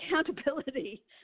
accountability